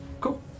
cool